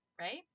right